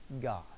God